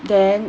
then